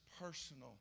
personal